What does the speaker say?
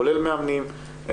כולל מאמנים,